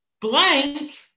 blank